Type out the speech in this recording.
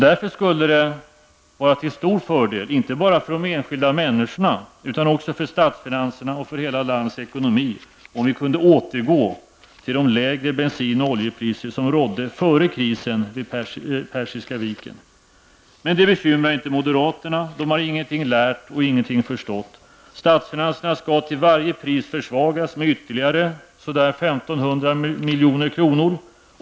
Därför skulle det vara till stor fördel, inte bara för de enskilda människorna utan också för statsfinanserna och för hela landets ekonomi, om vi kunde återgå till de lägre bensin och oljepriser som rådde före krisen vid Persiska viken. Men detta bekymrar inte moderaterna. De har ingenting lärt och ingenting förstått. Statsfinanserna skall till varje pris försvagas med ytterligare ca 1 500 milj.kr.